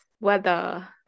weather